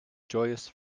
joyous